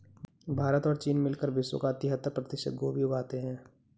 भारत और चीन मिलकर विश्व का तिहत्तर प्रतिशत गोभी उगाते हैं